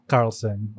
Carlson